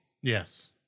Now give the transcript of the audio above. Yes